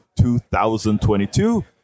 2022